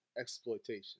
exploitation